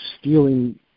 stealing